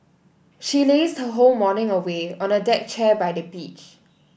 she lazed her whole morning away on a deck chair by the beach